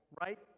right